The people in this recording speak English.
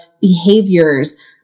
behaviors